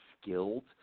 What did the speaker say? skilled